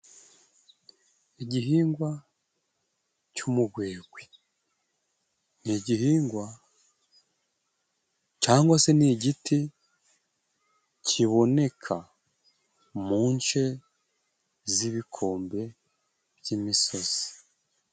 Igihingwa cy'umugwegwe ni igihingwa cyangwa se ni igiti kiboneka mu nce z'ibikombe by'imisozi.